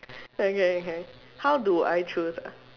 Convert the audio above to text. okay okay how do I choose ah